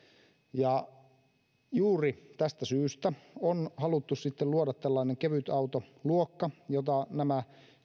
juuri tästä syystä on haluttu luoda tällainen kevytautoluokka jota nämä